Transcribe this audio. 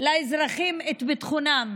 לאזרחים את ביטחונם.